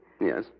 Yes